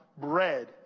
bread